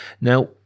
Now